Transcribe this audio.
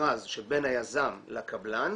שבין היזם למדינה,